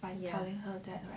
by telling her that